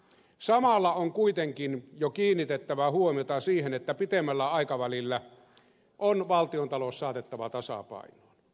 samalla on kuitenkin jo kiinnitettävä huomiota siihen että pitemmällä aikavälillä on valtiontalous saatettava tasapainoon